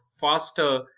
faster